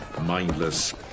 mindless